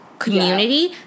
community